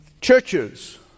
churches